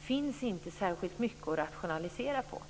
finns det inte särskilt mycket att rationalisera på.